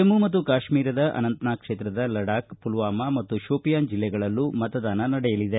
ಜಮ್ಮ ಮತ್ತು ಕಾಶ್ಮೀರದ ಅನಂತ್ನಾಗ್ ಕ್ಷೇತ್ರದ ಲಡಕ್ ಪುಲ್ಟಾಮಾ ಮತ್ತು ಶೋಪಿಯಾನ್ ಜಿಲ್ಲೆಗಳಲ್ಲೂ ಮತದಾನ ನಡೆಯಲಿದೆ